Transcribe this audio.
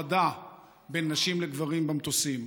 ההפרדה בין נשים לגברים במטוסים.